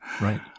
Right